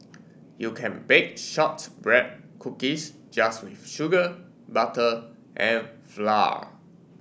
you can bake shortbread cookies just with sugar butter and flour